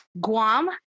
Guam